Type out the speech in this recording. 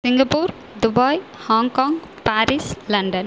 Singapore Dubai Hong Kong Paris London